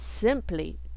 simply